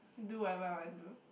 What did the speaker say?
do whatever I want to do